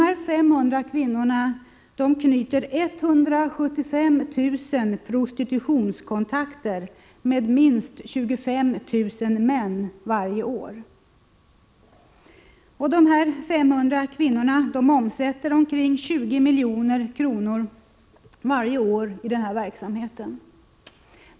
Dessa 500 kvinnor knyter 175 000 prostitutionskontakter med minst 25 000 män varje år. De 500 kvinnorna omsätter omkring 20 milj.kr. varje år i denna verksamhet.